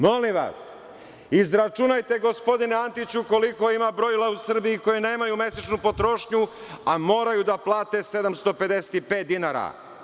Molim vas, izračunajte, gospodine Antiću, koliko ima brojila u Srbiji koji nemaju mesečnu potrošnju, a moraju da plate 755 dinara.